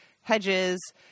hedges